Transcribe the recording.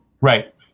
Right